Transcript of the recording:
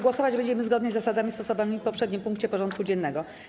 Głosować będziemy zgodnie z zasadami stosowanymi w poprzednim punkcie porządku dziennego.